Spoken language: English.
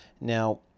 Now